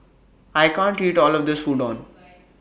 I can't eat All of This Udon